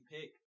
pick